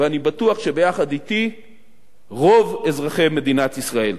ואני בטוח שביחד אתי רוב אזרחי מדינת ישראל.